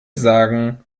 sagen